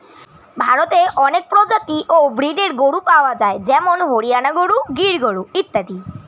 ভারতে অনেক প্রজাতি ও ব্রীডের গরু পাওয়া যায় যেমন হরিয়ানা গরু, গির গরু ইত্যাদি